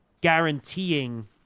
guaranteeing